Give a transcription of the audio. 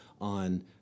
on